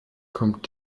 kommt